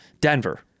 Denver